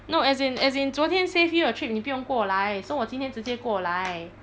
no as in as in 昨天 save you a trip 你不用过来 so 我今天直接过来